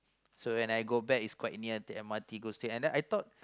so when I go back is quite near the M_R_T go straight and then I thought